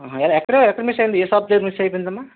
ఆహా ఎక్కడ ఎక్కడ మిస్ అయింది ఏ షాప్ దగ్గర మిస్ అయి పోయిందమ్మా